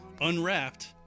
unwrapped